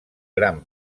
gran